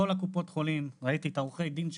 כל קופות החולים ראיתי את עורכי הדין שלהם,